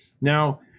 Now